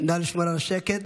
נא לשמור על שקט.